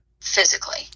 physically